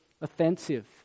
offensive